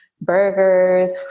burgers